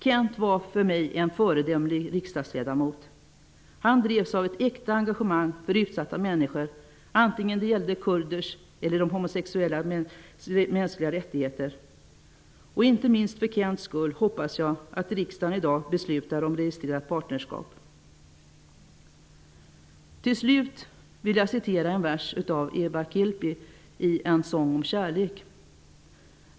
Kent var för mig en föredömlig riksdagsledamot. Han drevs av ett äkta engagemang för utsatta människor, antingen det gällde kurdernas eller de homosexuellas mänskliga rättigheter. Inte minst för Kents skull hoppas jag att riksdagen i dag beslutar om registrerat partnerskap. Till slut vill jag citera en vers ur Eeva Kilpis ''En sång om kärlek''.